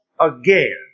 again